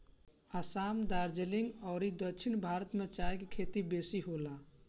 असाम, दार्जलिंग अउरी दक्षिण भारत में चाय के खेती बेसी होला